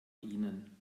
ihnen